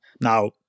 Now